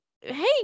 hey